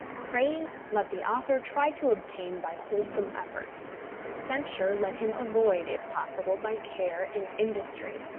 praise let the author try to obtain by wholesome effort censure let him avoid, if possible, by care and industry.